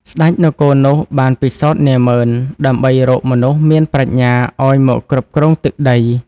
ស្ដេចនគរនោះបានពិសោធនាហ្មឺន ដើម្បីរកមនុស្សមានប្រាជ្ញាឱ្យមកគ្រប់គ្រងទឹកដី។